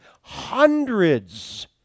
hundreds